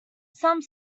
some